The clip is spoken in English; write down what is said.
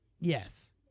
Yes